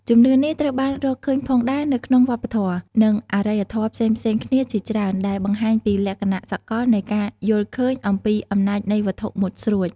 ជំនឿនេះត្រូវបានរកឃើញផងដែរនៅក្នុងវប្បធម៌ និងអរិយធម៌ផ្សេងៗគ្នាជាច្រើន ដែលបង្ហាញពីលក្ខណៈសកលនៃការយល់ឃើញអំពីអំណាចនៃវត្ថុមុតស្រួច